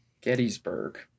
Gettysburg